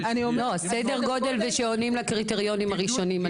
סדר גודל ושעונים לקריטריונים הראשונים,